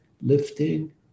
lifting